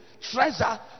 treasure